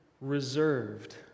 reserved